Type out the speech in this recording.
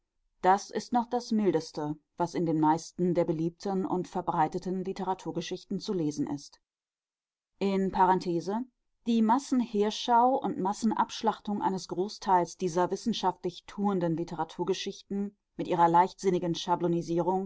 das ist noch das mildeste was in den meisten der beliebten und verbreiteten literaturgeschichten zu lesen ist in parenthese die massenheerschau und massenabschlachtung eines großteils dieser wissenschaftlich tuenden literaturgeschichten mit ihrer leichtsinnigen